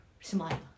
smile